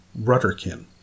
Rutterkin